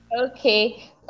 Okay